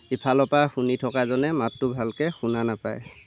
ইফালৰ পৰা শুনি থকাজনে মাতটো ভালকৈ শুনা নাপায়